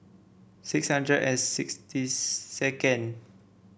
six hundred and sixty second